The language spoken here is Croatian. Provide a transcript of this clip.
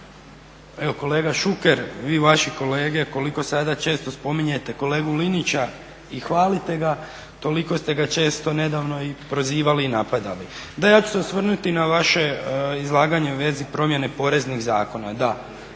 Evo kolega Šuker vi i vaši kolege koliko sada često spominjete kolegu Linića i hvalite ga toliko ste ga često nedavno i prozivali i napadali. Da, ja ću se osvrnuti na vaše izlaganje u vezi promjene poreznih zakona. Da,